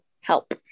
help